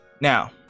now